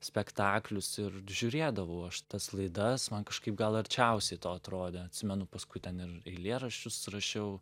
spektaklius ir žiūrėdavau aš tas laidas man kažkaip gal arčiausiai to atrodė atsimenu paskui ten ir eilėraščius rašiau